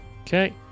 Okay